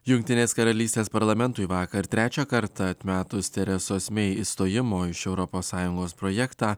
jungtinės karalystės parlamentui vakar trečią kartą atmetus teresos mei išstojimo iš europos sąjungos projektą